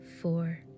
four